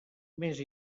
mes